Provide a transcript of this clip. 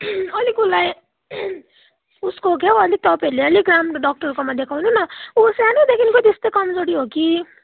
अलिक उसलाई उसको के हो अलिक तपाईँहरूले अलिक राम्रो डाक्टरकोमा देखाउनु न ऊ सानैदेखिको त्यस्तै कमजोरी हो कि